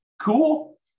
Cool